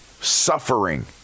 suffering